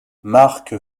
marc